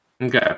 Okay